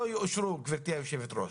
גברתי יושבת הראש,